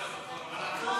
על הכותל.